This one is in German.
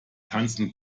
tanzen